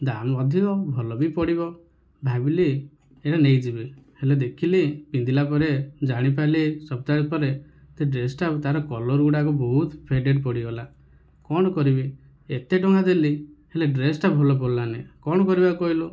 ଦାମ୍ ଅଧିକ ଭଲ ବି ପଡିବ ଭାବିଲି ଏଇଟା ନେଇଯିବି ହେଲେ ଦେଖିଲି ପିନ୍ଧିଲା ପରେ ଜାଣିପାରିଲି ସପ୍ତାହେ ପରେ ସେ ଡ୍ରେସଟା ତାର କଲର୍ ଗୁଡ଼ା ବହୁତ ଫେଡେଡ଼୍ ପଡିଗଲା କଣ କରିବି ଏତେ ଟଙ୍କା ଦେଲି ହେଲେ ଡ୍ରେସଟା ଭଲ ପଡିଲା ନାହିଁ କଣ କରିବା କହିଲୁ